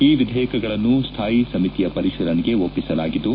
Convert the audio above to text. ಈ ವಿಧೇಯಕಗಳನ್ನು ಸ್ಲಾಯಿ ಸಮಿತಿಯ ಪರಿಶೀಲನೆಗೆ ಒಪ್ಪಿಸಲಾಗಿದ್ದು